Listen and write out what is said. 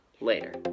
later